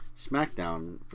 SmackDown